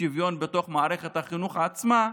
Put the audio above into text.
שוויון בתוך מערכת החינוך עצמה,